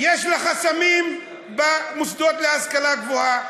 יש לה חסמים במוסדות להשכלה גבוהה.